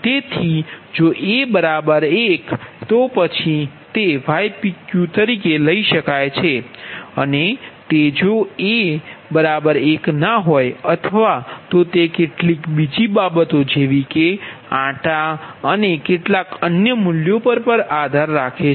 તેથી જો a 1 તો પછી તે ypq તરીકે લઈ શકાય છે અને તે જો a ≠ 1 અથવા તો એ કેટલીક બીજી બાબતો જેવી કે આંટા અને કેટલાક અન્ય મૂલ્યો પર આધાર રાખે છે